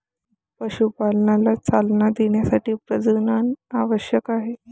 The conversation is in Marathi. पशुपालनाला चालना देण्यासाठी प्रजनन आवश्यक आहे